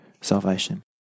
salvation